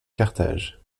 carthage